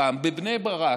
פעם בבני ברק,